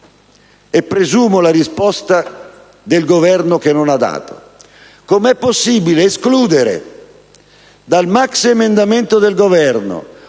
e presumo la risposta del Governo, che non ha dato